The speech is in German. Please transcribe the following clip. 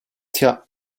tja